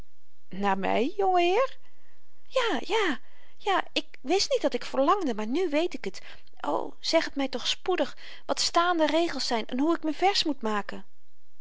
naar my jonge heer ja ja ja ik wist niet dat ik verlangde maar nu weet ik het o zeg het my toch spoedig wat staande regels zyn en hoe ik m'n vers moet maken